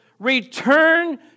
return